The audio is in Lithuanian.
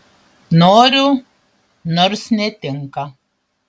noriu nors netinka